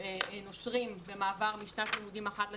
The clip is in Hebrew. נושרים במעבר משנת לימודים אחת לשנייה,